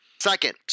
Second